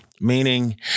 meaning